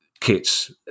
kits